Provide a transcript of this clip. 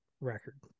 record